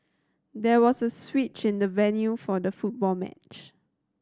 there was a switch in the venue for the football match